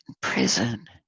prison